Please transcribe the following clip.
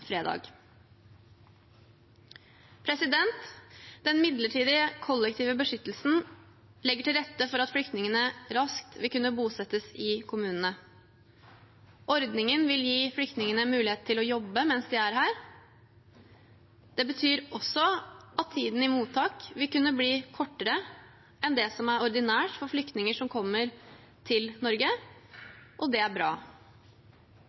fredag. Den midlertidige kollektive beskyttelsen legger til rette for at flyktningene raskt vil kunne bosettes i kommunene. Ordningen vil gi flyktningene mulighet til å jobbe mens de er her. Det betyr også at tiden i mottak vil kunne bli kortere enn det som er ordinært for flyktninger som kommer til Norge, og det er bra.